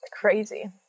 crazy